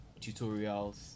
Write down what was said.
tutorials